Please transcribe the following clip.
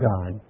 God